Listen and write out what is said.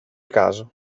caso